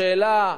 השאלה,